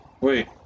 Wait